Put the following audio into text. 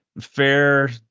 fair